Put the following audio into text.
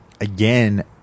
again